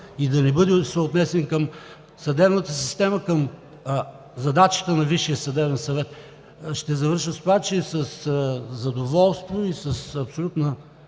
и да не бъде съотнесен към съдебната система, към задачите на Висшия съдебен съвет. Ще завърша с това, че със задоволство и с абсолютна